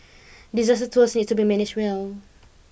disaster tours need to be managed well